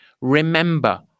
Remember